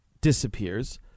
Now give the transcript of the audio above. disappears